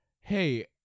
Hey